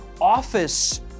office